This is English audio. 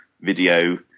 video